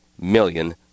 million